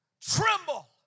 Tremble